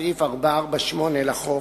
סעיף 448 לחוק,